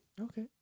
Okay